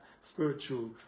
spiritual